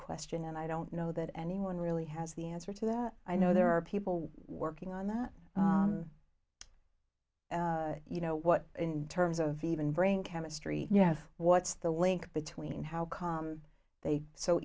question and i don't know that anyone really has the answer to that i know there are people working on that you know what in terms of even brain chemistry you have what's the link between how come they so